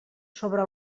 sobre